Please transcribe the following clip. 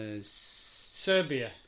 Serbia